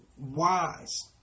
wise